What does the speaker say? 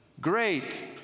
great